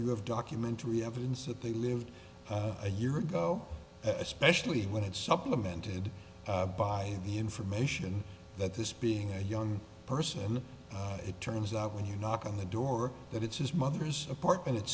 you have documentary evidence that they lived a year ago especially when it's supplemented by information that this being a young person it turns out when you knock on the door that it's his mother's apartment it's